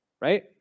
right